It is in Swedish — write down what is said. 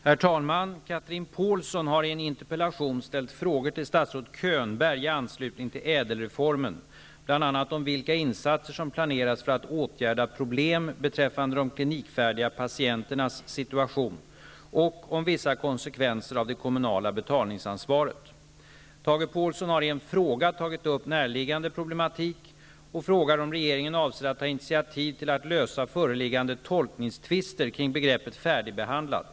Herr talman! Chatrine Pålsson har i en interpellation ställt frågor till statsrådet Könberg i anslutning till ÄDEL-reformen, bl.a. om vilka insatser som planeras för att åtgärda problem beträffande de klinikfärdiga patienternas situation och om vissa konsekvenser av det kommunala betalningsansvaret. Tage Påhlsson har i en fråga tagit upp närliggande problematik och frågar om regeringen avser att ta initiativ till att lösa föreliggande tolkningstvister kring begreppet färdigbehandlad.